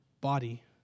body